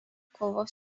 kovos